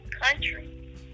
country